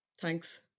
Thanks